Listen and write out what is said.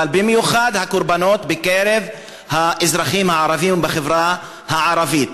אבל במיוחד הקורבנות בקרב האזרחים הערבים ובחברה הערבית.